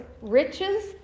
riches